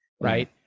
right